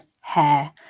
hair